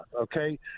okay